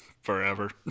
forever